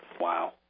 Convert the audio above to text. Wow